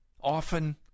often